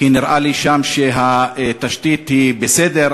כי נראה לי ששם התשתית היא בסדר,